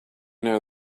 know